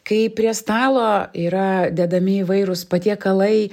kai prie stalo yra dedami įvairūs patiekalai